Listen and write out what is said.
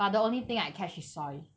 but the only thing I catch is soil